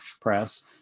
Press